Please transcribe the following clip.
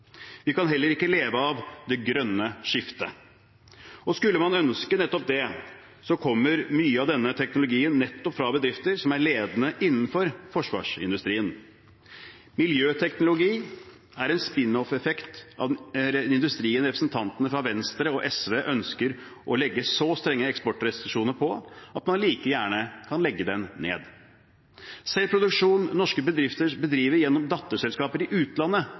Vi kan heller ikke leve av det grønne skiftet. Og skulle man ønske nettopp det, kommer mye av denne teknologien nettopp fra bedrifter som er ledende innenfor forsvarsindustrien. Miljøteknologi er en spin-off-effekt av industrien representantene fra Venstre og SV ønsker å legge så strenge eksportrestriksjoner på at man like gjerne kan legge den ned. Selv produksjon norske bedrifter bedriver gjennom datterselskaper i utlandet,